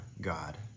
God